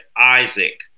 Isaac